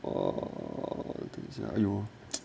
err you